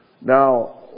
Now